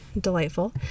delightful